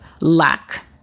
lack